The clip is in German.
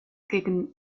gegen